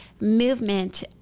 movement